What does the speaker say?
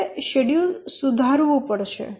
તમારે શેડ્યૂલ સુધારવું પડશે